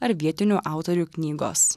ar vietinių autorių knygos